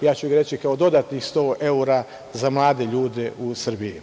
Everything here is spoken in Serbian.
ja ću reći kao dodatnih 100 evra za mlade ljude u Srbiji,